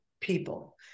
people